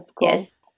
Yes